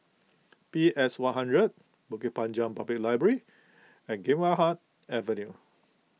PS one hundred Bukit Panjang Public Library and Gymkhana Avenue